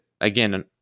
again